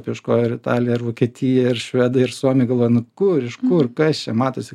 apieškojo ir italiją ir vokietiją ir švedai ir suomiai galvoja nu kur iš kur kas čia matosi